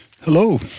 Hello